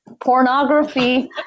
Pornography